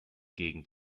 gegend